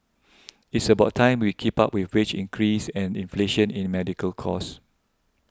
it's about time we keep up with wage increase and inflation in medical cost